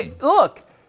Look